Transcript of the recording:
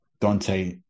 Dante